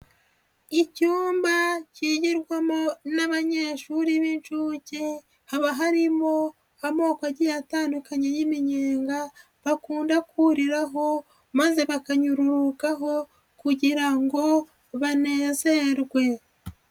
Icyumba kigirwamo n'abanyeshuri b'inshuke haba harimo amoko agiye atandukanye y'iminyenga, bakunda kuriraho maze bakanyuruhukaho kugira ngo banezerwe.